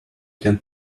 can